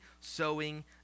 sowing